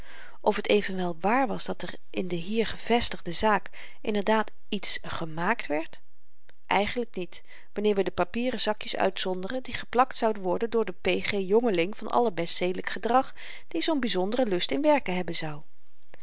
of t evenwel waar was dat er in de hier gevestigde zaak inderdaad iets gemaakt werd eigenlyk niet wanneer we de papieren zakjes uitzonderen die geplakt zouden worden door den p g jongeling van allerbest zedelyk gedrag die zoo'n byzonderen lust in werken hebben zou